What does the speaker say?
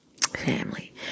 Family